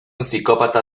psicópata